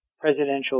presidential